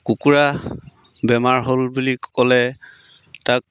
কুকুৰা বেমাৰ হ'ল বুলি ক'লে তাক